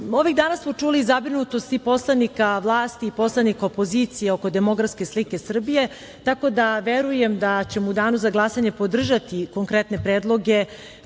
dana smo čuli zabrinutost i predstavnika vlasti i poslanika opozicije oko demografske slike Srbije, tako da verujem da ćemo u danu za glasanje podržati konkretne predloge